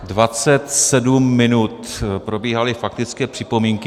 Dvacet sedm minut probíhaly faktické připomínky.